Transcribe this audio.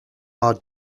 our